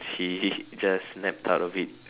he he just snapped out of it